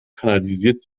kanalisiert